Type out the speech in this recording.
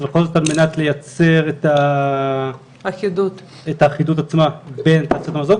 בכל זאת על מנת לייצר את האחידות בין יצרני המזון.